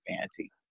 fancy